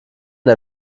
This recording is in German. der